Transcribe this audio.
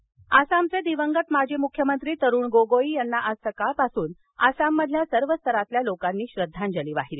गोगोई आसामचे दिवंगत माजी मुख्यमंत्री तरूण गोगोई यांना आज सकाळ पासून आसाममधल्या सर्व स्तरातल्या लोकांनी श्रद्धांजली वाहिली